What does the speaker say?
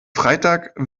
freitag